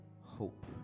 hope